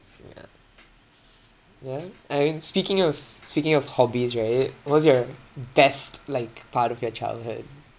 yeah yeah I mean speaking of speaking of hobbies right what's your best like part of your childhood